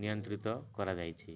ନିୟନ୍ତ୍ରିତ କରାଯାଇଛି